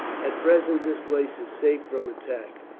at present this place is safe from attack.